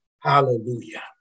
Hallelujah